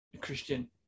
Christian